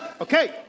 Okay